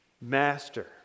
master